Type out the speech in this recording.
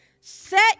Set